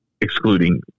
excluding